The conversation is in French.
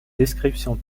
descriptions